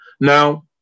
Now